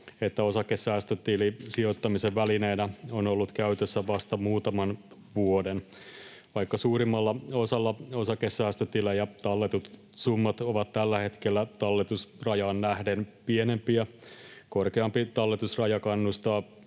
että osakesäästötili sijoittamisen välineenä on ollut käytössä vasta muutaman vuoden. Vaikka suurimmalla osalla osakesäästötilejä talletetut summat ovat tällä hetkellä talletusrajaan nähden pienempiä, korkeampi talletusraja kannustaa